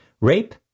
rape